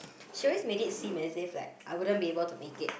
she always made it seem as if like I wouldn't be able to make it